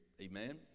amen